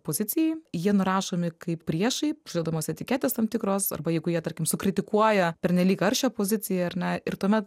pozicijai jie nurašomi kaip priešai uždedamos etiketės tam tikros arba jeigu jie tarkim sukritikuoja pernelyg aršią poziciją ar ne ir tuomet